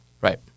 Right